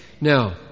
Now